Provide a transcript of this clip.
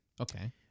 Okay